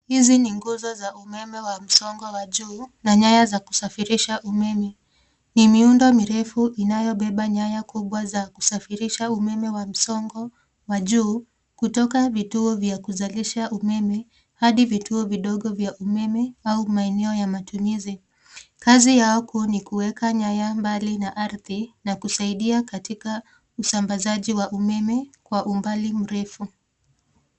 Hizi ni nguzo za umeme za msongo wa juu na nyaya za kusafirisha umeme. Ni miundo mirefu inayobeba nyaya kubwa za kusafirisha umeme wa msongo wa juu kutoka vituo vya kuzalisha umeme hadi vituo vidogo vya umeme au maeneo ya matumizi. Kazi yao kuu ni kuweka nyaya mbali na ardhi na kusaidia katika usambazaji wa umeme kwa umbali mrefu.